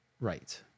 Right